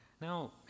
Now